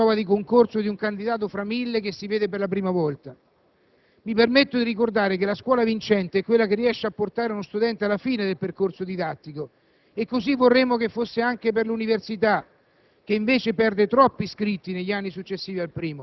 fatto ad un giovane che si conosce, non è la prova di concorso di un candidato fra mille che si vede per la prima volta. Mi permetto di ricordare che la scuola vincente è quella che riesce a portare uno studente alla fine del percorso didattico; così vorremmo che fosse anche per l'università,